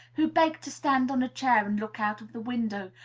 who begged to stand on a chair and look out of the window,